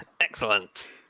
excellent